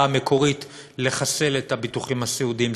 המקורית לחסל את הביטוחים הסיעודיים.